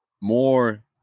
more